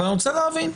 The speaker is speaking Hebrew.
אבל אני רוצה להבין.